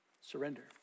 Surrender